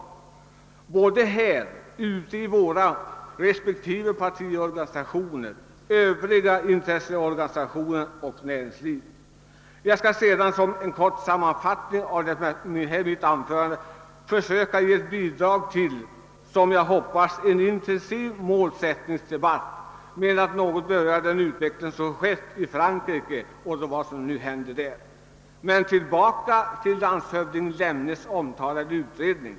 Men en sådan diskussion bör även upptagas i våra respektive partiorganisationer, övriga intresseorganisationer och näringsliv. Jag skall som sammanfattning av mitt anförande försöka ge bidrag till en, som jag hoppas, intensiv målsättningsdebatt genom att något beröra den utveckling som skett i Frankrike och vad som nu händer där. Först vill jag emellertid återvända till landshövding Lemnes omtalade utredning.